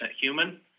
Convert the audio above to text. human